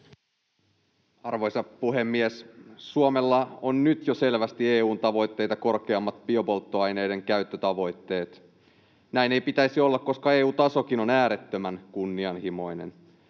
Arvoisa puhemies! Suomella on nyt jo selvästi EU:n tavoitteita korkeammat biopolttoaineiden käyttötavoitteet. Näin ei pitäisi olla, koska EU-tasokin on äärettömän kunnianhimoinen.